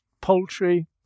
poultry